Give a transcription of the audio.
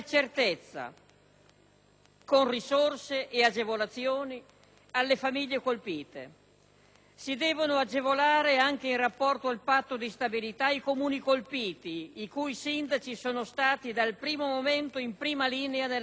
con risorse e agevolazioni, alle famiglie colpite. Si devono agevolare, anche in rapporto al Patto di stabilità, i Comuni colpiti, i cui sindaci sono stati dal primo momento impegnati in prima linea nella gestione dell'emergenza.